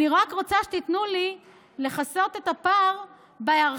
אני רק רוצה שתיתנו לי לכסות את הפער בהיערכות.